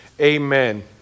amen